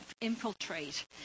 infiltrate